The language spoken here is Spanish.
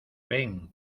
ven